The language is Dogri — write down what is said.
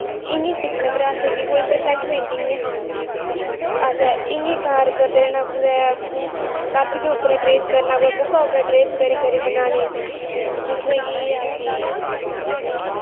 इ'यां गै सिक्खने पर असेंगी कोई प्रफैक्ट पेंटिंग नेईं हा औंदी असें इ'यै कार करदे रौंह्ना कुतै कापियै पर ट्रेस करना कुतै बुक्का पर ट्रेस करी करी बनान्ने जिसलै कि असेंगी